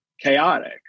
chaotic